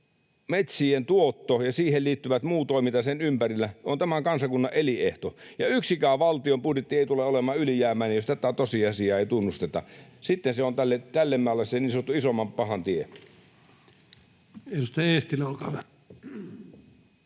metsien tuotto ja muu toiminta sen ympärillä on tämän kansakunnan elinehto, ja yksikään valtion budjetti ei tule olemaan ylijäämäinen, jos tätä tosiasiaa ei tunnusteta. Sitten se on tälle maalle se niin sanottu isomman pahan tie. [Speech 198] Speaker: